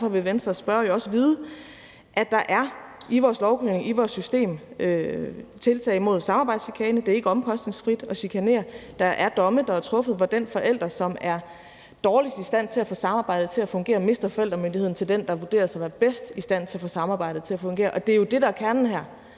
spørger jo derfor også vil vide, at der i vores lovgivning og i vores system er tiltag mod samarbejdschikane. Det er ikke omkostningsfrit at chikanere, og der er domme, der er afsagt, hvor den forælder, som er dårligst i stand til at få samarbejdet til at fungere, har mistet forældremyndigheden til den, der vurderes at være bedst i stand til at få samarbejdet til at fungere. Det, der er kernen her,